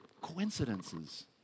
Coincidences